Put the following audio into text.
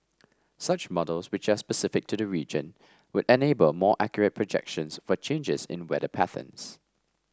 such models which are specific to the region would enable more accurate projections for changes in weather patterns